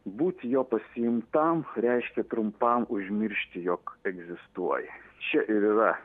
būti jo pasiimtam reiškia trumpam užmiršti jog egzistuoji čia ir yra